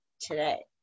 today